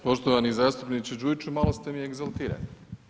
Poštovani zastupniče Đujić, malo ste mi egzaltirani.